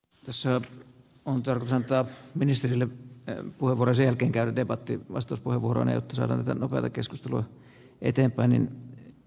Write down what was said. tässä on tursa ministerille tuo varsinkin käy debatti vastus paavo roin eettiseltä nobel keskustelua eteenpäin